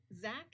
Zach